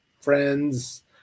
friends